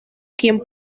quien